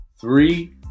Three